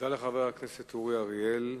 תודה לחבר הכנסת אורי אריאל.